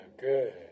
good